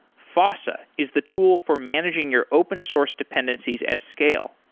fossa is the tool for managing your open source dependencies at scale.